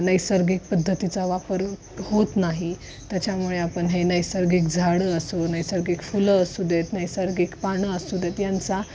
नैसर्गिक पद्धतीचा वापर होत नाही त्याच्यामुळे आपण हे नैसर्गिक झाडं असो नैसर्गिक फुलं असू देत नैसर्गिक पानं असू देत यांचा